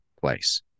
place